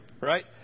right